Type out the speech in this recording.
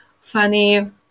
funny